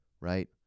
right